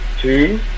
Two